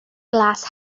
glas